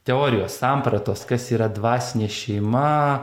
teorijos sampratos kas yra dvasinė šeima